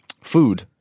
food